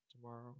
tomorrow